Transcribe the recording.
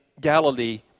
Galilee